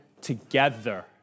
together